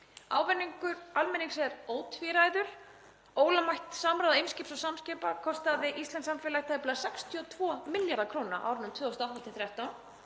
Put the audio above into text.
Ávinningur almennings er ótvíræður. Ólögmætt samráð Eimskips og Samskipa kostaði íslenskt samfélag tæplega 62 milljarða kr. á árunum 2008–2013